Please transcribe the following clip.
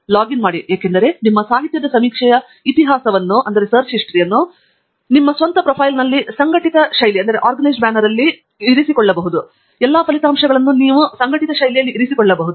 ಮತ್ತು ಲಾಗಿನ್ ಮಾಡಿ ಏಕೆಂದರೆ ನಿಮ್ಮ ಸಾಹಿತ್ಯದ ಸಮೀಕ್ಷೆಯ ಇತಿಹಾಸವನ್ನು ಮತ್ತು ನಿಮ್ಮ ಸ್ವಂತ ಪ್ರೊಫೈಲ್ನಲ್ಲಿ ಸಂಘಟಿತ ಶೈಲಿಯಲ್ಲಿ ಎಲ್ಲಾ ಹುಡುಕಾಟ ಫಲಿತಾಂಶಗಳನ್ನು ನೀವು ಇರಿಸಿಕೊಳ್ಳಬಹುದು